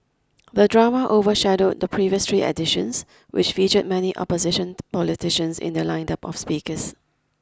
the drama overshadowed the previous three editions which featured many opposition politicians in their line up of speakers